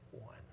one